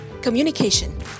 Communication